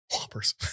Whoppers